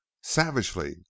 savagely